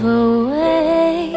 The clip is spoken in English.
away